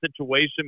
situation